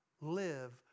live